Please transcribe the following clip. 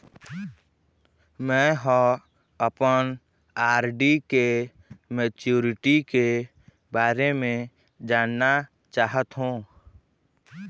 में ह अपन आर.डी के मैच्युरिटी के बारे में जानना चाहथों